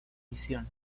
visión